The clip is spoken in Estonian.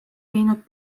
viinud